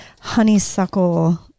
honeysuckle